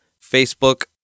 Facebook